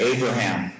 Abraham